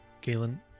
galen